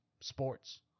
sports